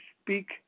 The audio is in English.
speak